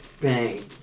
Bang